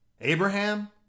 abraham